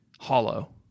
hollow